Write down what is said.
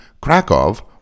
Krakow